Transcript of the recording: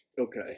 Okay